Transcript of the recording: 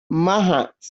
manhunt